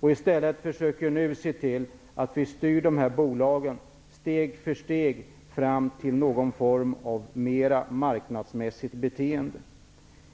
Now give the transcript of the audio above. och nu i stället försöker styra dessa bolag steg för steg fram till någon form av mer marknadsmässigt beteende.